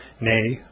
nay